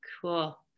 Cool